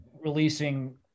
releasing